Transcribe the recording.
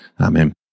Amen